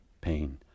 pain